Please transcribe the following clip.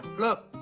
look,